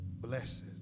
Blessed